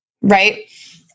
right